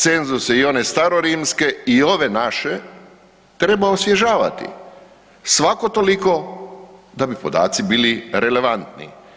Cenzusi i one starorimske i ove naše treba osvježavati svako toliko da bi podaci bili relevantni.